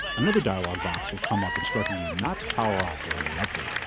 another dialogue box will come up instructing you not to power off during the update.